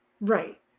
right